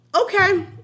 Okay